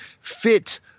fit